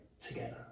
together